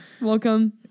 Welcome